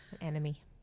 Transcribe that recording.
Enemy